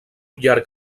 llarg